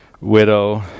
widow